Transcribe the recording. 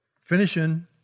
finishing